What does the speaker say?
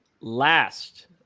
last